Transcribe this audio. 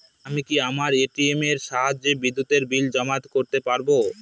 আমি কি আমার এ.টি.এম এর সাহায্যে বিদ্যুতের বিল জমা করতে পারব?